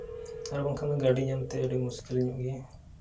ᱟᱨ ᱵᱟᱠᱷᱟᱱ ᱜᱟᱹᱰᱤ ᱧᱟᱢᱛᱮ ᱟᱹᱰᱤ ᱢᱩᱥᱠᱤᱞ ᱧᱚᱜ ᱜᱮᱭᱟ